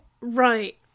Right